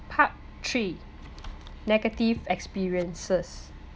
part three negative experiences